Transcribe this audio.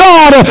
God